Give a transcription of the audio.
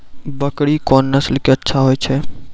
बकरी कोन नस्ल के अच्छा होय छै?